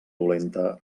dolenta